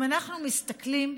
אם אנחנו מסתכלים,